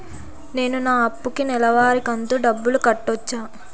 నేను నా అప్పుకి నెలవారి కంతు డబ్బులు కట్టొచ్చా?